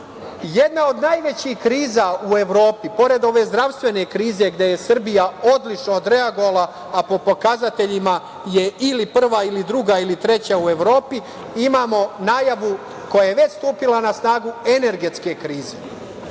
od najvećih kriza u Evropi, pored ove zdravstvene krize gde je Srbija odlično odreagovala, a po pokazateljima je ili prva ili druga ili treća u Evropi, imamo najavu koja je već stupila na snagu energetske krize.